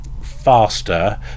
faster